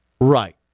right